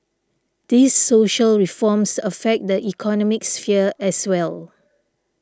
these social reforms affect the economic sphere as well